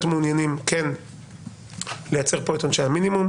מעוניינים לייצר כאן את עונשי המינימום.